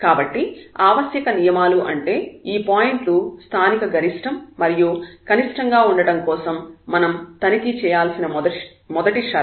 కాబట్టి ఆవశ్యక నియమాలు అంటే ఈ పాయింట్లు స్థానికగరిష్టం మరియు కనిష్టం గా ఉండటం కోసం మనం తనిఖీ చేయాల్సిన మొదటి షరతు